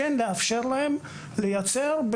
לאפשר להם לייצר,